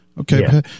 Okay